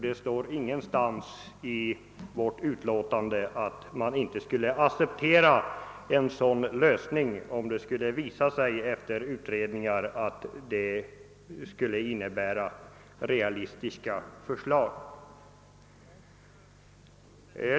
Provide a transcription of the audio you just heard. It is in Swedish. Det sägs ingenstans i vårt utlåtande att vi inte skulle acceptera en sådan lösning, om det efter utredning skulle visa sig att en sådan är realistisk.